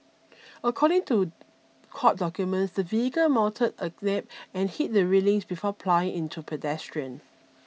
according to court documents the vehicle mounted a and hit the railings before ploughing into pedestrian